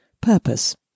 purpose